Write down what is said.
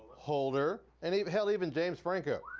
holder, and hell, even james franco.